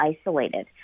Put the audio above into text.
isolated